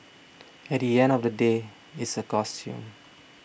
at the end of the day it's a costume